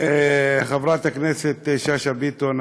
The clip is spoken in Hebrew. חברת הכנסת שאשא ביטון,